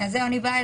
יש לו בעצם גם,